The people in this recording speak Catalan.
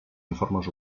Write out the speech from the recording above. informes